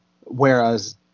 whereas